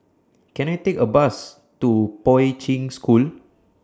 Can I Take A Bus to Poi Ching School